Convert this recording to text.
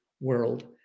world